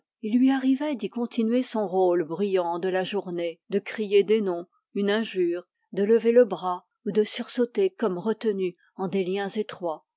il lui arrivait d'y continuer son rôle bruyant de la journée de crier des noms une injure de lever le bras ou de sursauter comme retenu en des liens étroits